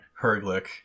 Herglick